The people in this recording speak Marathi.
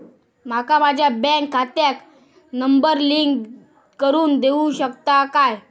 माका माझ्या बँक खात्याक नंबर लिंक करून देऊ शकता काय?